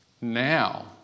now